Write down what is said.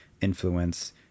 influence